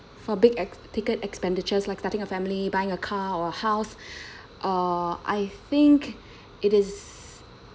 for big ex~ ticket expenditures like starting a family buying a car or house uh I think it is